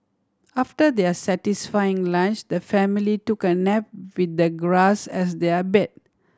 after their satisfying lunch the family took a nap with the grass as their bed